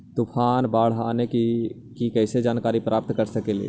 तूफान, बाढ़ आने की कैसे जानकारी प्राप्त कर सकेली?